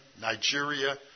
Nigeria